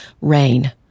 Rain